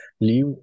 leave